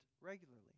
regularly